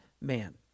man